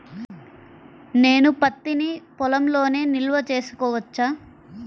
నేను పత్తి నీ పొలంలోనే నిల్వ చేసుకోవచ్చా?